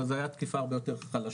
אבל זה היה תקיפה הרבה יותר חלשה,